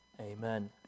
Amen